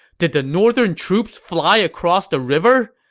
did the northern troops fly across the river?